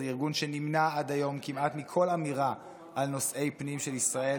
זה ארגון שנמנע עד היום כמעט מכל אמירה על נושאי פנים של ישראל,